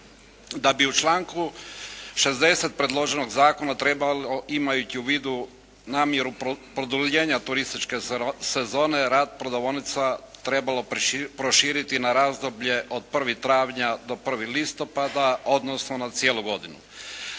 Da bi u članku 60. predloženog zakona trebalo imajući u vidu namjeru produljenja turističke sezone, rad prodavaonica trebalo proširiti na razdoblje od 1. travnja do 1. listopada odnosno na cijelu godinu.